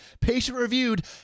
patient-reviewed